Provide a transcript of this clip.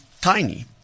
Tiny